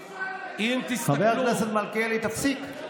מי שואל, חבר הכנסת מלכיאלי, תפסיק.